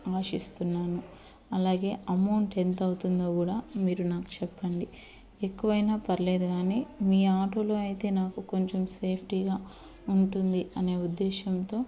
ఆశిస్తున్నాను అలాగే అమౌంట్ ఎంత అవుతుందో కూడా మీరు నాకు చెప్పండి ఎక్కువైనా పర్లేదు కానీ మీ ఆటోలో అయితే నాకు కొంచెం సేఫ్టీగా ఉంటుంది అనే ఉద్దేశంతో